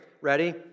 Ready